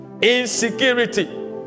Insecurity